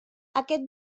aquest